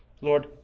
Lord